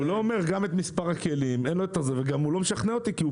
הוא לא אומר את מספר הכלים והוא גם לא משכנע אותי כי הוא פוגע.